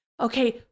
Okay